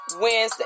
Wednesday